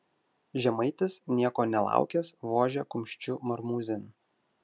žemaitis nieko nelaukęs vožia kumščiu marmūzėn